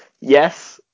yes